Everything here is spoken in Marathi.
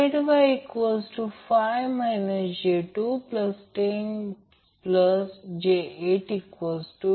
येथे ZY5 j210j815j616